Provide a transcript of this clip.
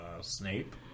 Snape